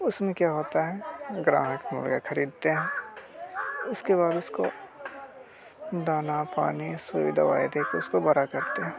उस में क्या होता है ग्राहक हो गया ख़रीदते हैं उसके बाद उसको दाना पानी सुई दवाई दे कर उसको बड़ा करते हैं